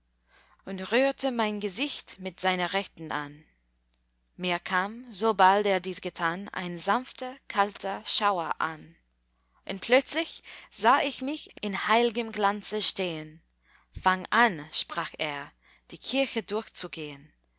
und rührte mein gesicht mit seiner rechten an mir kam sobald er dies getan ein sanfter kalter schauer an und plötzlich sah ich mich in heilgem glanze stehen fang an sprach er die kirche durchzugehen